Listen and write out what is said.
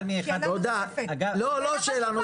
בין אם זה 5% ובין אם זה 7%. עוד שאלה אחת